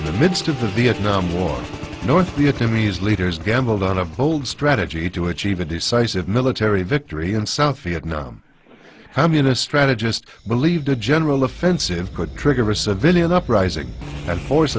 in the midst of the vietnam war north vietnamese leaders gambled on a bold strategy to achieve a decisive military victory in south vietnam how munis strategist believed a general offensive could trigger a civilian uprising and force